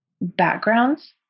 backgrounds